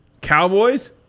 Cowboys